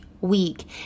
week